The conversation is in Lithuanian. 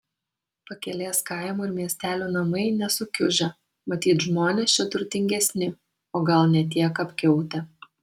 pakelės kaimų ir miestelių namai nesukiužę matyt žmonės čia turtingesni o gal ne tiek apkiautę